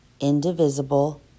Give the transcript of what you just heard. indivisible